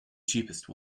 cheapest